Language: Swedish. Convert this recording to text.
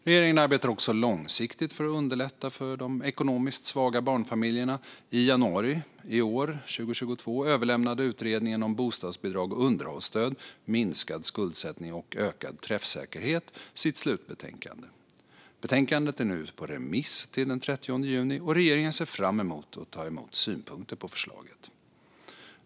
Regeringen arbetar också långsiktigt för att underlätta för de ekonomiskt svaga barnfamiljerna. I januari 2022 överlämnade Utredningen om bostadsbidrag och underhållsstöd - minskad skuldsättning och ökad träffsäkerhet sitt slutbetänkande. Betänkandet är nu ute på remiss till den 30 juni, och regeringen ser fram emot att ta emot synpunkter på förslaget.